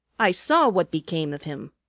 i saw what became of him,